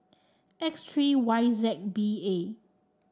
X three Y Z B A